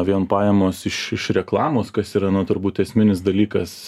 vien pajamos iš iš reklamos kas yra na turbūt esminis dalykas